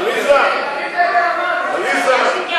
הודעת הממשלה על רצונה להחיל דין רציפות על הצעת